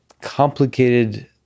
complicated